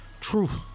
truth